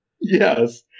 Yes